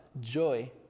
joy